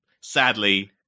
sadly